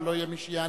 אבל לא יהיה מי שיענה,